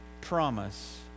promise